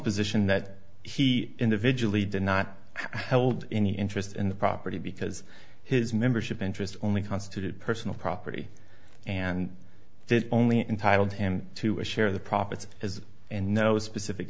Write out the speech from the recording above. position that he individually did not howled any interest in the property because his membership interest only constituted personal property and they only entitled him to a share of the profits as and no specific